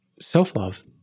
self-love